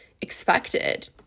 expected